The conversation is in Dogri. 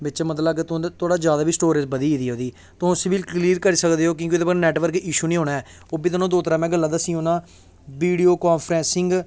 बिच्च मतलव कि जादा स्टोरेज़ बधी गेदी ऐ एह्दी तुस उसी बी क्लेयर करी सकदे हो कि जे नैटबर्क इशू नी होना ऐ जो बी में दो त्रै गल्लां दस्सियां ना वीडियो कांप्रैंसिंग